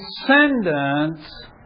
descendants